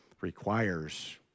requires